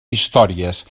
històries